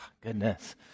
Goodness